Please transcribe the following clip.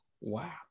Wow